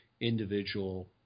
individual